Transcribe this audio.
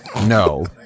No